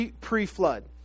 pre-flood